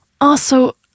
Also